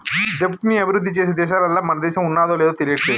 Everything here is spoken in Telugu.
దెబ్ట్ ని అభిరుద్ధి చేసే దేశాలల్ల మన దేశం ఉన్నాదో లేదు తెలియట్లేదు